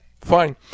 Fine